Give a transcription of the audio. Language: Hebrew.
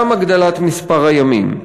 גם הגדלת מספר הימים,